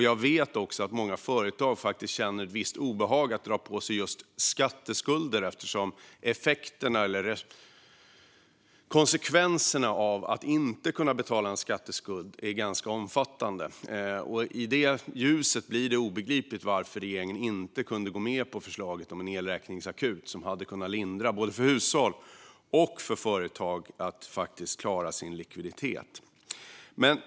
Jag vet också att många företag känner ett visst obehag inför att dra på sig just skatteskulder, eftersom konsekvenserna av att inte kunna betala en skatteskuld är ganska omfattande. I det ljuset blir det obegripligt att regeringen inte kunde gå med på förslaget om en elräkningsakut som hade kunnat lindra situationen för hushållen och gett företag en möjlighet att klara sin likviditet.